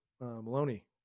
Maloney